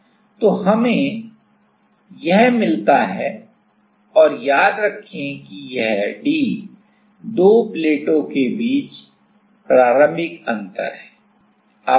ठीक है तो हमें यह मिलता है और याद रखें कि यह d दो प्लेटों के बीच प्रारंभिक अंतर है ठीक है